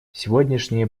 сегодняшние